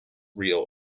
reel